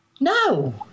no